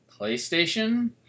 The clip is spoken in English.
PlayStation